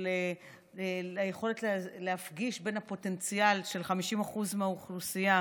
של היכולת להפגיש בין הפוטנציאל של 50% מהאוכלוסייה,